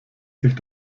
sich